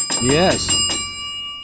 Yes